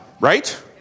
right